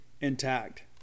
intact